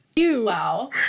Wow